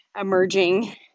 emerging